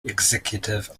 executive